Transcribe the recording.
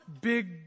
big